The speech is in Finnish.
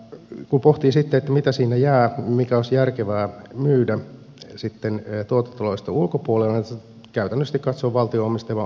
kun pohtii sitten mitä siinä jää mikä olisi järkevää myydä sitten tuotantotuloista ulkopuolelle käytännöllisesti katsoen valtion omistamia osakkeita